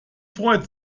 freut